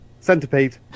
Centipede